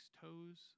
toes